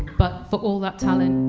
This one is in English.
but for all that talent,